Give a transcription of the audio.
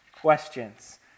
questions